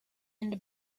into